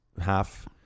half –